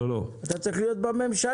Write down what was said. אתה צריך להיות בממשלה.